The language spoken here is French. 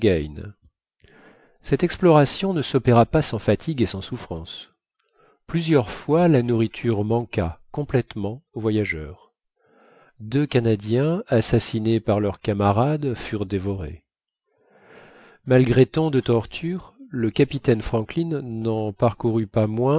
cette exploration ne s'opéra pas sans fatigues et sans souffrances plusieurs fois la nourriture manqua complètement aux voyageurs deux canadiens assassinés par leurs camarades furent dévorés malgré tant de tortures le capitaine franklin n'en parcourut pas moins